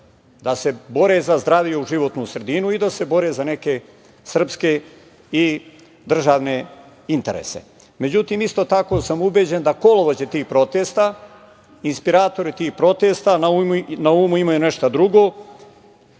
da se bore za zdraviju životnu sredinu i da se bore za neke srpske i državne interese.Međutim, isto tako sam ubeđen da kolovođe tih protesta, inspiratori tih protesta na umu imaju nešto drugo.